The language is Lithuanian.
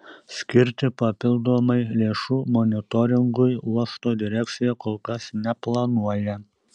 skirti papildomai lėšų monitoringui uosto direkcija kol kas neplanuoja